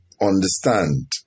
understand